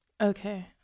okay